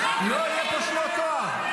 לא יהיו פה שמות תואר.